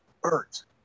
birds